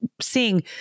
seeing